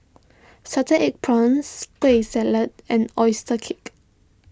Salted Egg Prawns Kueh Salat and Oyster Cake